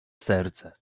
serce